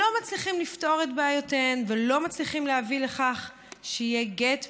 לא מצליחים לפתור את בעיותיהן ולא מצליחים להביא לכך שיהיה גט בידיהן,